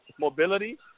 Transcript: mobility